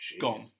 gone